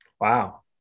Wow